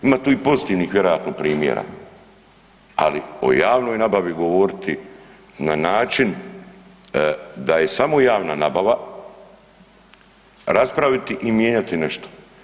Ima tu i pozitivnih vjerojatno primjera, ali o javnoj nabavi govoriti na način da je samo javna nabava raspraviti i mijenjati nešto.